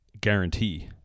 guarantee